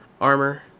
armor